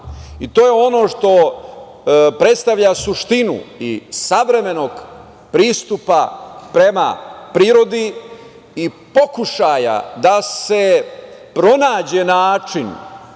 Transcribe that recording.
je ono što predstavlja suštinu i savremenog pristupa prema prirodi i pokušaja da se pronađe način